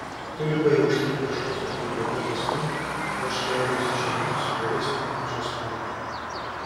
tu lipai aukštyn viešosios bibliotekos link o aš leidausi žemyn su vyresnio amžiaus moterimi